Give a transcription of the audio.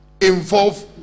involve